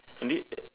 did